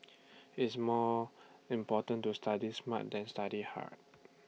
it's more important to study smart than study hard